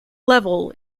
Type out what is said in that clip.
level